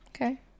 okay